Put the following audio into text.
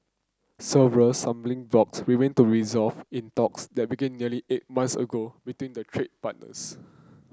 several stumbling blocks remain to resolved in talks that began nearly eight months ago between the trade partners